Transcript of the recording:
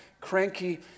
cranky